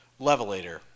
Levelator